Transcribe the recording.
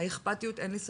לגבי האכפתיות אין לי ספק.